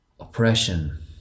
oppression